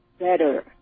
better